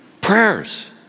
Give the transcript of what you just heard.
Prayers